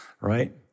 right